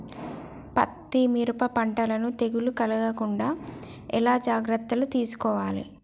పత్తి మిరప పంటలను తెగులు కలగకుండా ఎలా జాగ్రత్తలు తీసుకోవాలి?